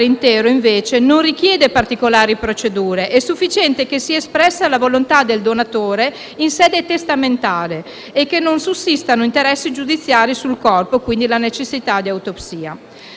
intero, invece, non richiede particolari procedure. È sufficiente che sia espressa la volontà del donatore in sede testamentaria e che non sussistano interessi giudiziari sul corpo (necessità di autopsia).